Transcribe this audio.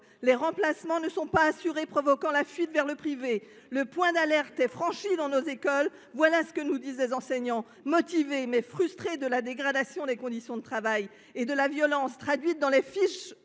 les remplacements ne sont pas assurés, provoquant la fuite vers le privé. Le point d’alerte est franchi dans nos écoles. Voilà ce que nous disent les enseignants, motivés, mais frustrés de la dégradation des conditions de travail et de la violence qui se traduit dans les fiches